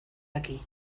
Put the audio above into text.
aquí